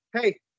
Hey